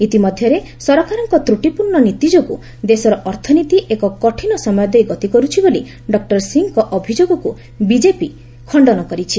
ଇତିମଧ୍ୟରେ ସରକାରଙ୍କ ତୁଟିପୂର୍ଣ୍ଣ ନୀତି ଯୋଗୁଁ ଦେଶର ଅର୍ଥନୀତି ଏକ କଠିନ ସମୟ ଦେଇ ଗତି କରୁଛି ବୋଲି ଡକୁର ସିଂହଙ୍କ ଅଭିଯୋଗକୁ ବିଜେପି ଇତିମଧ୍ୟରେ ଖଣ୍ଡନ କରିଛି